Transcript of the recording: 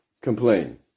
complain